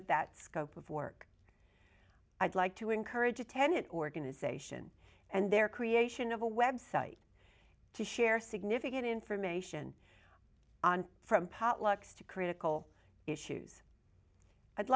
of that scope of work i'd like to encourage attendant organization and their creation of a website to share significant information on from potlucks to critical issues i'd